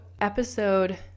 episode